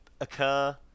occur